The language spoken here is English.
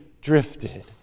drifted